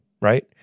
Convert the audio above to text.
right